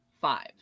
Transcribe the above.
five